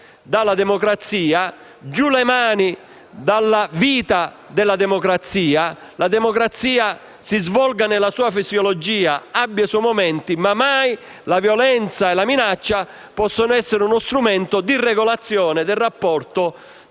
dalla democrazia, giù le mani dalla vita della democrazia. La democrazia si svolga nella sua fisiologia, abbia i suoi momenti di contrapposizione, ma mai la violenza e la minaccia possono essere uno strumento di regolazione del rapporto